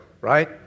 right